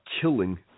killing